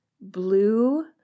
blue